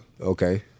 Okay